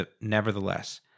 nevertheless